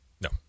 No